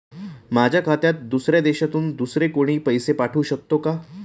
माझ्या खात्यात दुसऱ्या देशातून दुसरे कोणी पैसे पाठवू शकतो का?